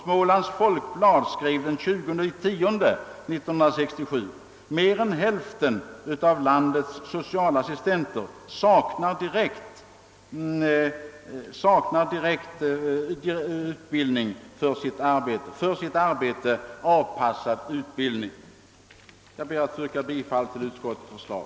Smålands Folkblad skrev den 20 oktober 1967: »Mer än hälften av landets socialassistenter saknar direkt för sitt arbete avpassad utbildning.» Jag ber att få yrka bifall till utskottets hemställan.